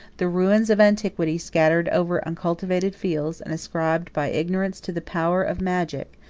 the ruins of antiquity scattered over uncultivated fields, and ascribed, by ignorance to the power of magic,